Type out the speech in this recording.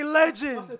legend